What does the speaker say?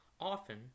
often